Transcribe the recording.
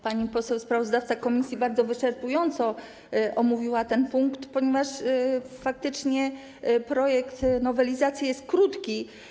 Pani poseł sprawozdawca komisji bardzo wyczerpująco omówiła ten punkt, ponieważ faktycznie projekt nowelizacji jest krótki.